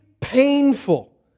painful